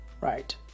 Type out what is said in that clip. Right